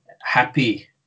happy